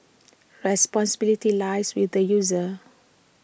responsibility lies with the user